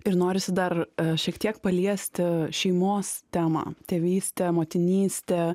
ir norisi dar šiek tiek paliesti šeimos temą tėvystė motinystė